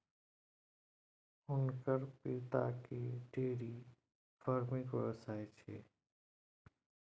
हुनकर पिताकेँ डेयरी फार्मिंगक व्यवसाय छै